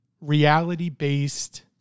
reality-based